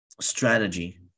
strategy